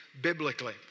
biblically